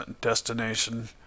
destination